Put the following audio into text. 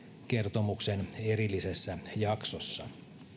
kertomuksen erillisessä jaksossa